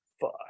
fuck